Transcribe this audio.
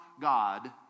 God